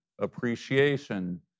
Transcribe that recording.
appreciation